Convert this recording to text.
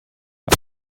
gas